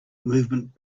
movement